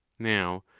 now,